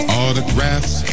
Autographs